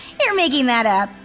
you're making that up.